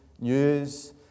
news